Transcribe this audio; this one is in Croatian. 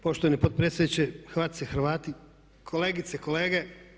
Poštovani potpredsjedniče, Hrvatice i Hrvati, kolegice i kolege.